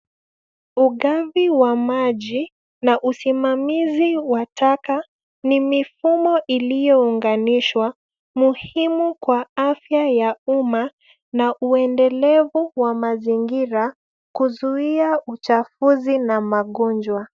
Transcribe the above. Ugavi ma maji na usimamizi wa taka ni mifumo iliyounganishwa muhimu kwa afya ya umma na uendelevu wa mazingira kuzuia uchafuzi na magonjwa.